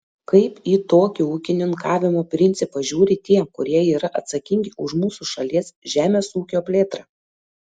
kaip į tokį ūkininkavimo principą žiūri tie kurie yra atsakingi už mūsų šalies žemės ūkio plėtrą